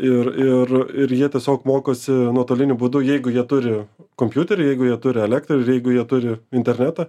ir ir ir jie tiesiog mokosi nuotoliniu būdu jeigu jie turi kompiuterį jeigu jie turi elektrą ir jeigu jie turi internetą